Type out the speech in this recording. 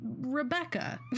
Rebecca